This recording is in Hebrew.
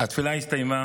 התפילה הסתיימה,